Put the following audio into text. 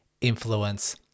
influence